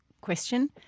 question